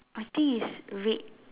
I think is red